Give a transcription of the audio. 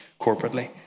corporately